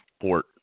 port